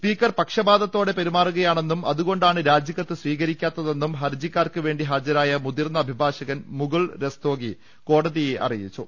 speaker പക്ഷപാതത്തോടെ പെരുമാറുകയാണെന്നും അതു കൊണ്ടാണ് രാജിക്കത്ത് സ്വീകരിക്കാത്തതെന്നും ഹർജിക്കാർക്ക് വേണ്ടി ഹാജരായ മുതിർന്ന അഭിഭാഷകൻ മുകുൾ രസ്തോഗി കോടതിയെ അറിയിച്ചു